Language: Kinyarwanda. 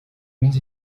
minsi